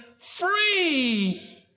free